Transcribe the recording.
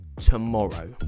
tomorrow